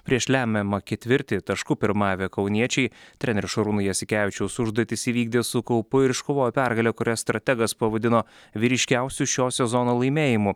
prieš lemiamą ketvirtį tašku pirmavę kauniečiai trenerio šarūno jasikevičiaus užduotis įvykdė su kaupu ir iškovojo pergalę kurią strategas pavadino vyriškiausiu šio sezono laimėjimu